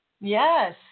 Yes